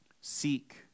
Seek